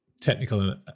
technical